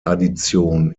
addition